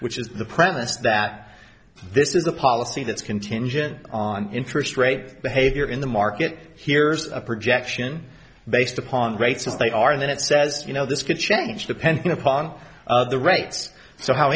which is the premise that this is a policy that's contingent on interest rate behavior in the market here's a projection based upon rates as they are then it says you know this could change depending upon the rates so how